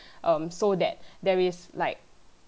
um so that there is like